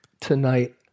tonight